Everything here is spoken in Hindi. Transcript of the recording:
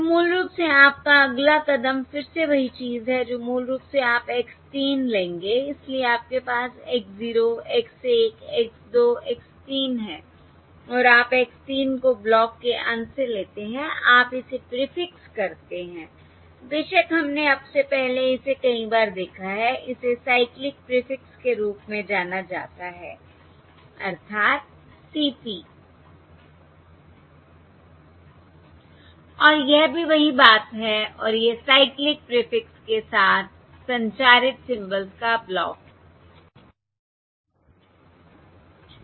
तो मूल रूप से आपका अगला कदम फिर से वही चीज है जो मूल रूप से आप x 3 लेंगे इसलिए आपके पास x 0 x 1 x 2 x 3 है और आप x 3 को ब्लॉक के अंत से लेते हैं आप इसे प्रीफिक्स करते हैं बेशक हमने अब से पहले इसे कई बार देखा है इसे साइक्लिक प्रीफिक्स के रूप में जाना जाता है अर्थात CP I और यह भी वही बात है और यह साइक्लिक प्रीफिक्स के साथ संचारित सिंबल्स का ब्लॉक है